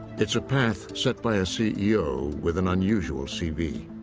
it's a path set by a c e o. with an unusual cv.